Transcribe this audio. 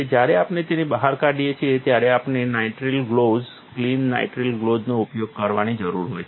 જ્યારે આપણે તેને બહાર કાઢીએ છીએ ત્યારે આપણે નાઇટ્રિલ ગ્લોવ્સ ક્લીન નાઇટ્રિલ ગ્લોવ્સનો ઉપયોગ કરવાની જરૂર હોય છે